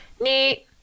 Neat